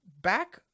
back